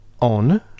on